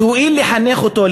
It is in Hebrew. תואיל לחנך אותו,